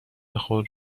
خود